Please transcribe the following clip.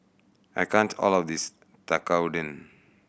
I can't all of this Tekkadon